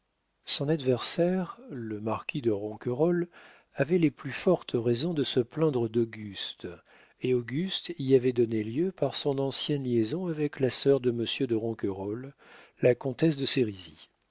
son adversaire le marquis de ronquerolles avait les plus fortes raisons de se plaindre d'auguste et auguste y avait donné lieu par son ancienne liaison avec la sœur de monsieur de ronquerolles la comtesse de